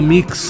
Mix